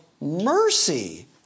mercy